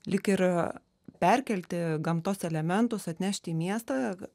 lyg ir perkelti gamtos elementus atnešt į miestą